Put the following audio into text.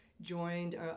joined